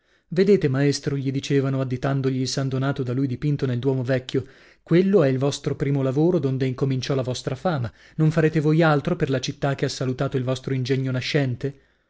vedete maestro gli dicevano additandogli il san donato da lui dipinto nel duomo vecchio quello è il vostro primo lavoro donde incominciò la vostra fama non farete voi altro per la città che ha salutato il vostro ingegno nascente